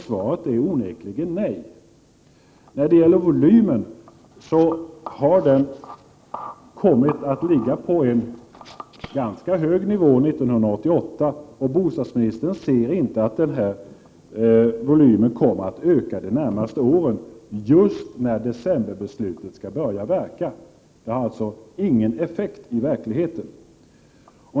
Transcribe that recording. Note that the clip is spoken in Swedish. Svaret är onekligen nej. Volymen har kommit att ligga på en ganska hög nivå 1988, och bostadsministern ser inte att denna volym kommer att öka under de närmaste åren just när decemberbeslutet skall börja verka. Det har alltså ingen effekt i verkligheten.